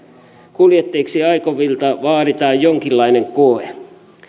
kuljettajiksi aikovilta vaaditaan jonkinlainen koe